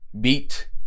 beat